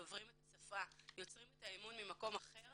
דוברים את השפה, יוצרים את האמון ממקום אחר